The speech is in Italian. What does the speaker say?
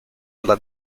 alla